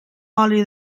oli